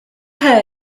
home